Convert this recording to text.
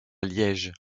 liège